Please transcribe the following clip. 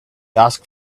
asked